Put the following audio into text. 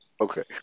Okay